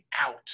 out